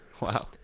Wow